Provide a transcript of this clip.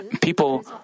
people